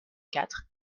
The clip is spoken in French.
quatre